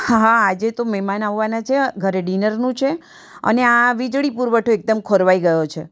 હા આજે તો મહેમાન આવવાના છે ઘરે ડિનરનું છે અને આ વીજળી પુરવઠો એકદમ ખોરવાઈ ગયો છે